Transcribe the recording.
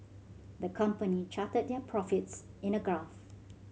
the company charted their profits in a graph